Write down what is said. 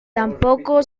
tampoco